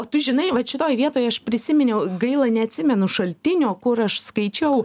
o tu žinai vat šitoj vietoj aš prisiminiau gaila neatsimenu šaltinio kur aš skaičiau